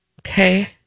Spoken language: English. Okay